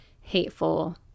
hateful